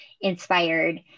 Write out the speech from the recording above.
inspired